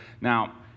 Now